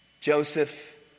Joseph